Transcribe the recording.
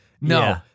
No